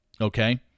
Okay